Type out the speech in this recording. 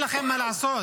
אין לכם מה לעשות?